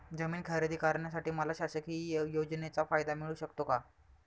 जमीन खरेदी करण्यासाठी मला शासकीय योजनेचा फायदा मिळू शकतो का?